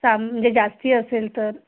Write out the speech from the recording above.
साम म्हणजे जास्त असेल तर